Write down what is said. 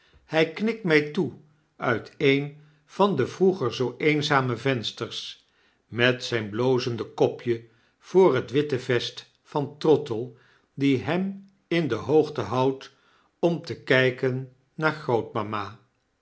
hy knikt my toe uit een van de vroeger zoo eenzame vensters met zyn blozende kopje voor het witte vest van trottle die hem in de hoogte houdt om te kyken naar